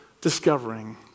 discovering